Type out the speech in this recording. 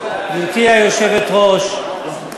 היושבת-ראש,